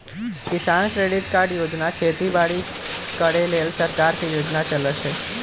किसान credit card योजना खेती बाड़ी करे लेल सरकार के योजना चलै छै